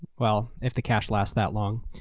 well if the cash last that long.